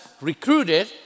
recruited